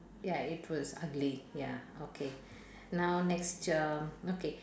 ya it was ugly ya okay now next uh okay